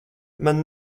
man